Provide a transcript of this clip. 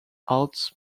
arts